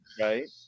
Right